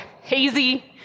hazy